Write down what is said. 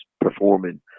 performing